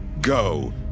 Go